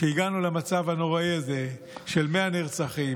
שהגענו למצב הנוראי הזה של 100 נרצחים?